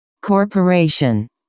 Corporation